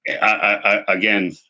Again